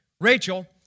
Rachel